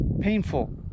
painful